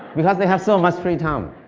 because they have so much free time.